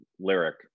lyric